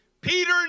Peter